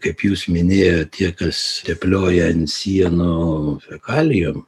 kaip jūs minėjot tiek kas tėplioja ant sienų fekalijom